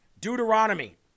Deuteronomy